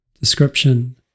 Description